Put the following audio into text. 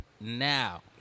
now